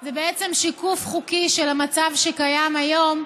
זה בעצם שיקוף חוקי של המצב שקיים היום,